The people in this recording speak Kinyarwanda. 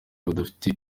badafite